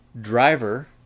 driver